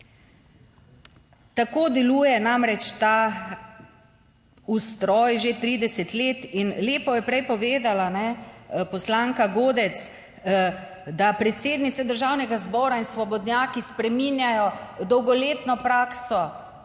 Tako deluje namreč ta ustroj že 30 let. Lepo je prej povedala poslanka Godec, da predsednica Državnega zbora in svobodnjaki spreminjajo dolgoletno prakso.